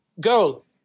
girl